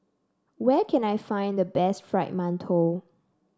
where can I find the best Fried Mantou